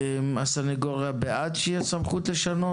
הסניגוריה בעד שתהיה סמכות לשנות.